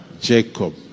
Jacob